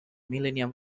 millennium